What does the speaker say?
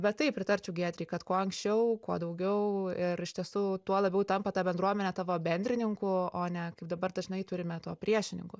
bet taip pritarčiau giedrei kad kuo anksčiau kuo daugiau ir iš tiesų tuo labiau tampa ta bendruomenė tavo bendrininku o ne kaip dabar dažnai turime to priešininkų